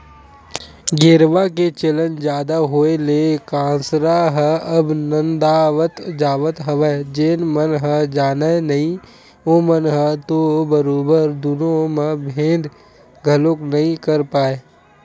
गेरवा के चलन जादा होय ले कांसरा ह अब नंदावत जावत हवय जेन मन ह जानय नइ ओमन ह तो बरोबर दुनो म भेंद घलोक नइ कर पाय